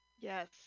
Yes